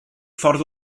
ffordd